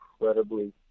incredibly